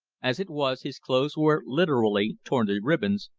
as it was, his clothes were literally torn to ribbons,